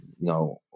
No